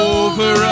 over